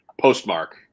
postmark